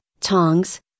tongs